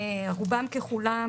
רובם ככולם,